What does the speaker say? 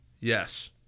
yes